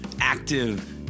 active